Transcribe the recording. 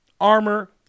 Armor